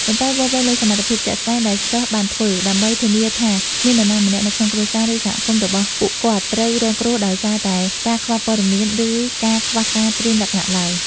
ប៉ុន្តែវាស់វែងលើសកម្មភាពជាក់ស្ដែងដែលសិស្សបានធ្វើ ដើម្បីធានាថាគ្មាននរណាម្នាក់នៅក្នុងគ្រួសារ ឬសហគមន៍របស់ពួកគាត់ត្រូវរងគ្រោះដោយសារតែការខ្វះព័ត៌មាន ឬការខ្វះការត្រៀមលក្ខណៈឡើយ។